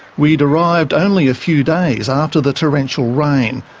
we'd arrived only a few days after the torrential rain,